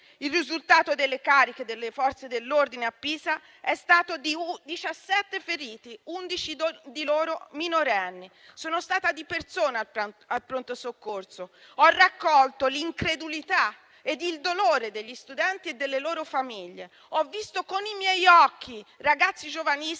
Il risultato delle cariche delle Forze dell'ordine a Pisa e stato di 17 feriti, 11 di loro minorenni. Sono stata di persona al pronto soccorso, ho raccolto l'incredulità e il dolore degli studenti e delle loro famiglie. Ho visto con i miei occhi ragazzi giovanissimi